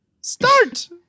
Start